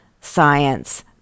science